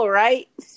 right